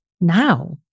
now